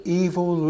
evil